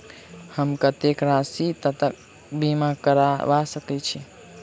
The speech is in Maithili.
हम कत्तेक राशि तकक बीमा करबा सकै छी?